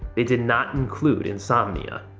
they did not include insomnia.